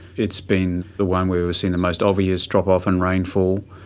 it's been the one where we've seen the most obvious drop-off in rainfall,